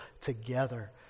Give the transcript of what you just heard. together